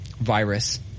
virus